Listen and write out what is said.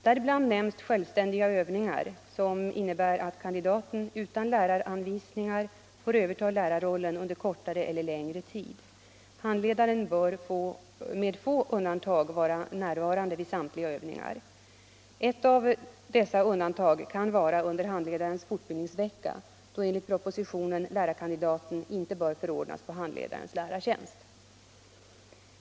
Däribland nämns självständiga övningar, som innebär att kandidaten utan läraranvisningar får överta lärarrollen under kortare eller längre tid. Handledaren bör med få undantag vara närvarande vid samtliga övningar. Ett av dessa undantag kan vara under handledarens fortbildningsvecka, då enligt propositionen lärarkandidaten inte bör förordnas på handledarens lärartjänst.